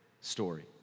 story